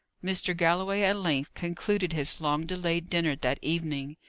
mr. galloway at length concluded his long-delayed dinner that evening.